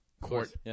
court